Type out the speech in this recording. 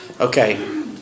Okay